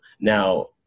Now